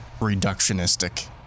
reductionistic